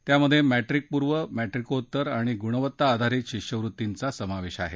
त्यात मॅट्रिकपूर्व मॅट्रिकोत्तर आणि गुणवत्ता आधारित शिष्यवृत्तींचा समावेश आहे